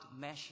measure